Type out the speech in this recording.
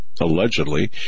allegedly